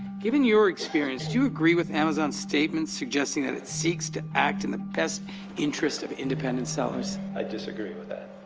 given your experience, do you agree with amazon's statements suggesting that it seeks to act in the best interest of independent sellers? i disagree with that.